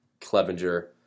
Clevenger